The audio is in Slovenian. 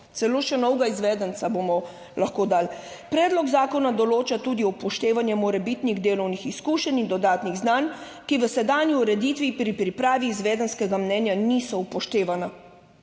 celo še novega izvedenca bomo lahko dali. Predlog zakona določa tudi upoštevanje morebitnih delovnih izkušenj in dodatnih znanj, ki v sedanji ureditvi pri pripravi izvedenskega mnenja niso upoštevana.